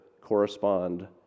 correspond